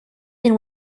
can